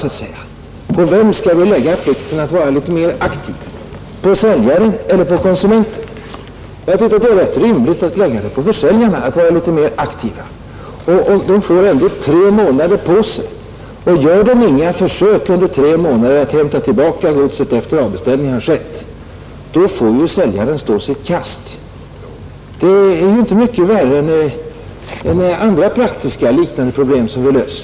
På vem skall vi lägga plikten att vara litet mer aktiv — på säljaren eller på konsumenten? Jag tycker att det är rätt rimligt att lägga på säljaren att vara litet mer aktiv, Han får tre månader på sig. Gör han inga försök att hämta tillbaka godset under tre månader efter det avbeställning skett, då får han stå sitt kast. Godset tillfaller då köparen utan skyldighet för honom att betala för det, Detta är ju inte mycket värre än andra liknande praktiska problem som vi har att lösa i andra sammanhang.